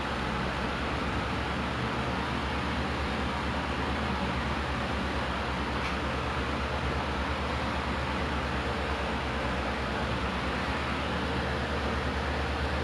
they held this thing like uh we had to go to like various supermarkets then after that err we took the like bags that were donated from the public